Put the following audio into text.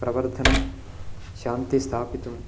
प्रवर्धनं शान्तिः स्थापितुम्